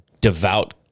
devout